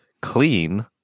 Clean